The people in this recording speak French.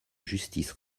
justice